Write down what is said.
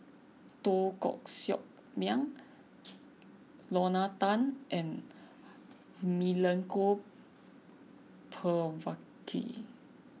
Teo Koh Sock Miang Lorna Tan and Milenko Prvacki